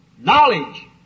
Knowledge